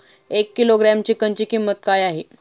एक किलोग्रॅम चिकनची किंमत काय आहे?